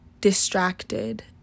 distracted